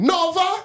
Nova